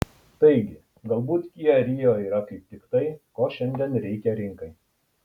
taigi galbūt kia rio yra kaip tik tai ko šiandien reikia rinkai